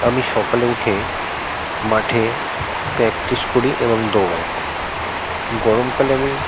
আমি সকালে উঠে মাঠে প্র্যাক্টিস করি এবং দৌড়াই গরমকালে আমি